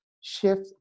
shift